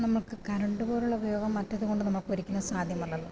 നമുക്ക് കറണ്ട് പോലുള്ള ഉപയോഗം മറ്റേതുകൊണ്ട് നമുക്കൊരിക്കലും സാധ്യമല്ലല്ലോ